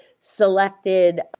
selected